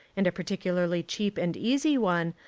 and a particularly cheap and easy one,